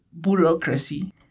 bureaucracy